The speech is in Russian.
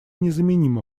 незаменима